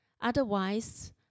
Otherwise